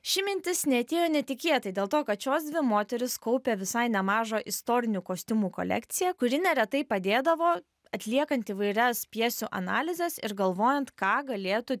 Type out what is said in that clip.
ši mintis neatėjo netikėtai dėl to kad šios dvi moterys kaupia visai nemažą istorinių kostiumų kolekciją kuri neretai padėdavo atliekant įvairias pjesių analizes ir galvojant ką galėtų